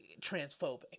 transphobic